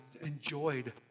enjoyed